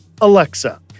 Alexa